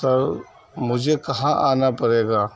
سر مجھے کہاں آنا پڑے گا